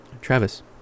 travis